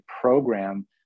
program